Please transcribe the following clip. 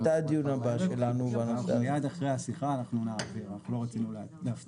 צריך לזכור שהדיון פה היה לנו --- בערב והכל קרה מאוד מהר.